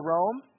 Rome